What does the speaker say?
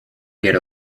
get